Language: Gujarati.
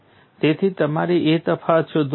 તેથી તમારે એક તફાવત શોધવો પડશે